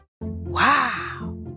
Wow